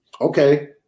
okay